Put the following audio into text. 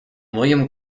william